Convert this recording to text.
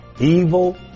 Evil